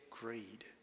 greed